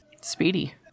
Speedy